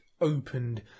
opened